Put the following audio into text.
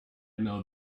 know